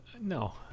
No